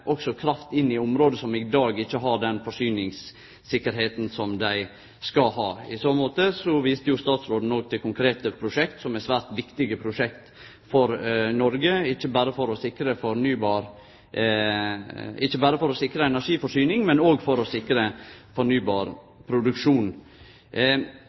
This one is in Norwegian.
kraft også inn i område som i dag ikkje har den forsyningstryggleiken som dei skal ha. Her viste statsråden til konkrete prosjekt som er svært viktige for Noreg – ikkje berre for å sikre energiforsyning, men òg for å sikre fornybarproduksjon. Og det at det er ein marknad for den krafta som blir produsert, er òg heilt avgjerande for å sikre